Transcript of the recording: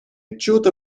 отчет